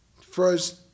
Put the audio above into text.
first